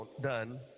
done